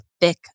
thick